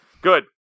Good